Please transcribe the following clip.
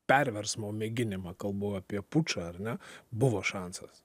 perversmo mėginimą kalbu apie pučą ar ne buvo šansas